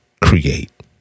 create